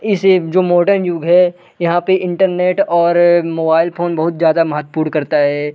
इस जो मॉडर्न युग है यहाँ पर इंटरनेट और मोबाइल फ़ोन बहुत ज़्यादा महत्वपूर्ण करता है